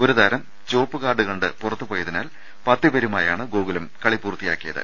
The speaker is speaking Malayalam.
ഒരു താരം ചുവപ്പു കാർഡ് കണ്ട് പുറത്തുപോയതിനാൽ പത്തുപേരുമായാണ് ഗോകുലം കളി പൂർത്തിയാക്കിയത്